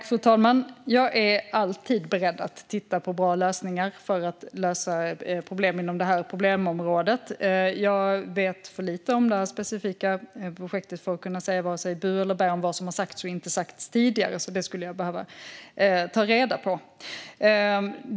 Fru talman! Jag är alltid beredd att titta på bra förslag för att lösa problem inom det här området. Jag vet för lite om det här specifika projektet för att kunna säga vare sig bu eller bä om vad som har sagts och inte sagts tidigare. Det skulle jag behöva ta reda på.